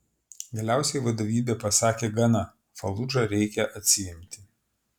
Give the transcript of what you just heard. galiausiai vadovybė pasakė gana faludžą reikia atsiimti